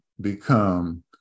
become